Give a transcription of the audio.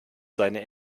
seine